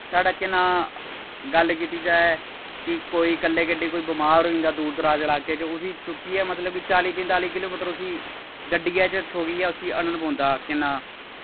साढ़े केह् नां गल्ल कीती जाए कि कोई कल्लै कट्ठै गी कोई बमार होई जंदा दूर दराज लाकै च उसी चुक्कियै मतलब कि चाली पंजताली किलोमीटर उस्सी गड्डियै च ठोक्कियै उस्सी आह्नने पौंदा केह् नांऽ